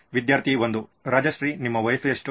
ವಿದ್ಯಾರ್ಥಿ 1 ರಾಜಶ್ರೀ ನಿಮ್ಮ ವಯಸ್ಸು ಎಷ್ಟು